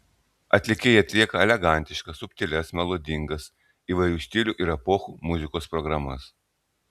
atlikėjai atlieka elegantiškas subtilias melodingas įvairių stilių ir epochų muzikos programas